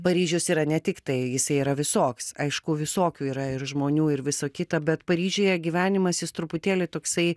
paryžius yra ne tik tai jisai yra visoks aišku visokių yra ir žmonių ir viso kita bet paryžiuje gyvenimas jis truputėlį toksai